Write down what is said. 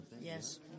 Yes